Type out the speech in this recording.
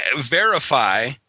verify